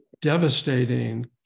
devastating